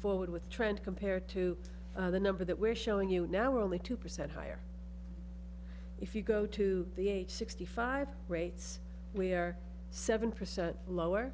forward with trend compared to the number that we're showing you now are only two percent higher if you go to the age sixty five rates we are seven percent lower